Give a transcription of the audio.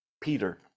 Peter